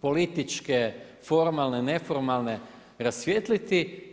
političke, formalne, neformalne rasvijetliti.